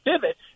pivot